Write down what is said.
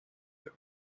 that